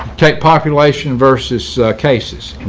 take population versus cases,